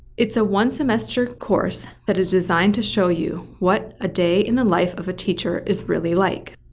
it's a one-semester course that is designed to show you what a day in the life of a teacher is really like.